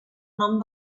nom